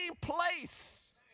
place